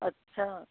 अच्छा